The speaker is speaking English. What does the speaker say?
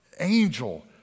angel